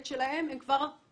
את שלהם הם כבר הקריבו,